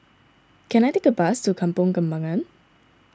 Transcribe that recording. can I take a bus to Kampong Kembangan